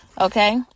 Okay